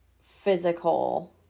physical